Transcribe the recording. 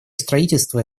строительства